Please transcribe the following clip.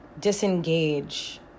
disengage